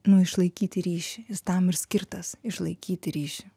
nu išlaikyti ryšį jis tam ir skirtas išlaikyti ryšį